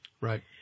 Right